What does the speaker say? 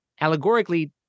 allegorically